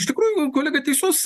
iš tikrųjų kolega teisus